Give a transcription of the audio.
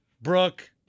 Brooke